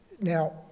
Now